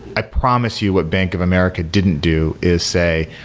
i promise you what bank of america didn't do is, say,